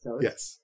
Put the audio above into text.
Yes